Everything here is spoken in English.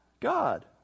God